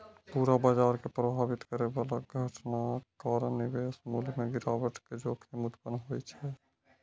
पूरा बाजार कें प्रभावित करै बला घटनाक कारण निवेश मूल्य मे गिरावट के जोखिम उत्पन्न होइ छै